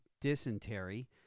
dysentery